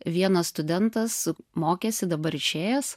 vienas studentas mokėsi dabar išėjęs